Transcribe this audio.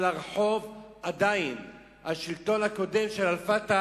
של הרחוב, עדיין השלטון הקודם של ה"פתח"